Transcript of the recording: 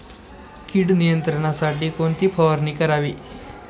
कीड नियंत्रणासाठी कोणती फवारणी करावी?